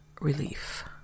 relief